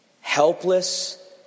helpless